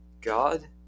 God